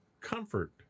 comfort